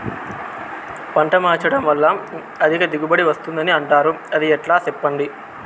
పంట మార్చడం వల్ల అధిక దిగుబడి వస్తుందని అంటారు అది ఎట్లా సెప్పండి